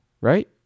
right